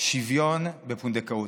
שוויון בפונדקאות,